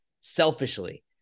selfishly